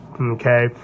Okay